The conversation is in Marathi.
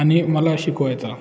आणि मला शिकवायचा